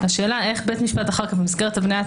השאלה איך בית משפט אחר כך במסגרת הבניית